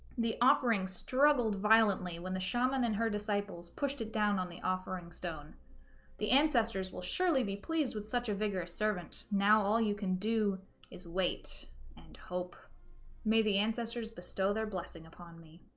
the offering struggled violently when the shaman and her disciples pushed it down on the offering stone the ancestors will surely be pleased with such a vigorous servant now all you can do is wait and hope may the ancestors bestow their blessing upon me